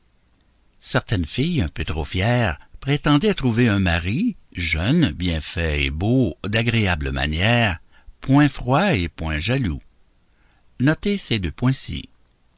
certaine fille un peu trop fière prétendait trouver un mari jeune bien fait et beau d'agréable manière point froid et point jaloux notez ces deux points-ci